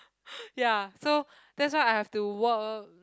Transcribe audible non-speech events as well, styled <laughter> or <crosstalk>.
<laughs> ya so that's why I have to work